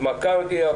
הטיסה והתמקמתי.